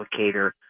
applicator